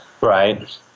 right